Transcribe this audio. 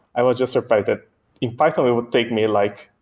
i was just surprised that in python it would take me like,